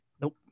Nope